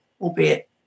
albeit